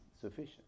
sufficient